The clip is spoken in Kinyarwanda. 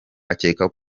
akeka